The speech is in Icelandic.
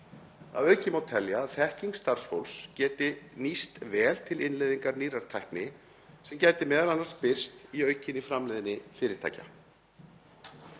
Að auki má telja að þekking starfsfólks geti nýst vel til innleiðingar nýrrar tækni, sem gæti meðal annars birst í aukinni framleiðni fyrirtækja.